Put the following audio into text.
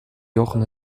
jochen